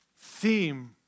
theme